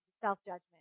self-judgment